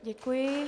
Děkuji.